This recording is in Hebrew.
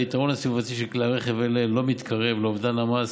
היתרון הסביבתי של כלי רכב אלה לא מתקרב לאובדן המס